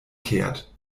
kehrt